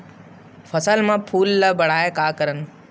फसल म फूल ल बढ़ाय का करन?